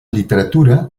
literatura